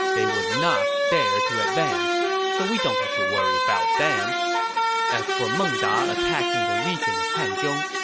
they would not dare to advance. so we don't have to worry about them as for meng da attacking the region of hanzhong,